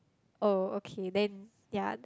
oh okay then ya